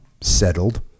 settled